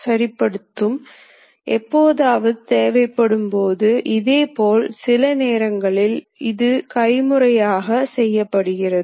circular interpolation ஆக இருந்தால் இங்கிருந்து இங்கே ஒரு வளைவை வரைய முடியும்